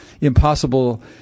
impossible